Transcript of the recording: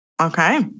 Okay